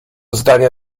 zdania